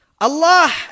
Allah